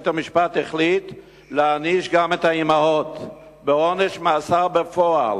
בית-המשפט החליט להעניש גם את האמהות בעונש מאסר בפועל.